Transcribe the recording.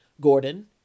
Gordon